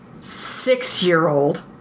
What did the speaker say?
six-year-old